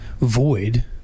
void